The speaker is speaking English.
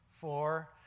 Four